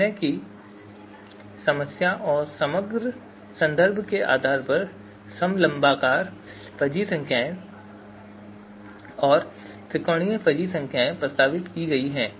निर्णय की समस्या और समग्र संदर्भ के आधार पर समलम्बाकार फजी संख्याएं और त्रिकोणीय फजी संख्याएं प्रस्तावित की गई हैं